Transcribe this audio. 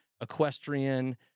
equestrian